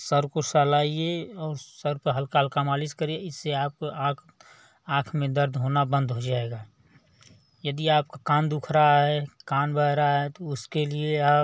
सिर को सहलाइए और सिर पर हल्का हल्का मालिश करिए इससे आपके आँख आँख में दर्द होना बंद हो जाएगा यदि आपका कान दुख रहा है कान बह रहा है तो उसके लिए आप